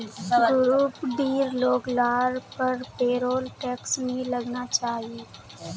group डीर लोग लार पर पेरोल टैक्स नी लगना चाहि